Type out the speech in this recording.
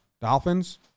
dolphins